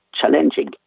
challenging